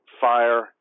fire